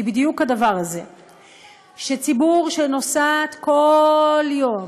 היא בדיוק הדבר הזה שציבור שנוסעת כל יום,